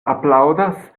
aplaŭdas